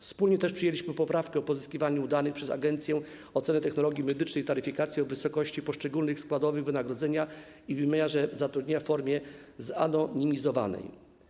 Wspólnie też przyjęliśmy poprawkę dotyczącą pozyskiwania przez Agencję Oceny Technologii Medycznych i Taryfikacji danych o wysokości poszczególnych składowych wynagrodzenia i wymiarze zatrudnienia w formie zanonimizowanej.